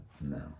no